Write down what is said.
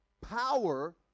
power